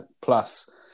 Plus